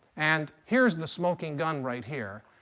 and here's the smoking gun right here.